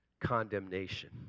condemnation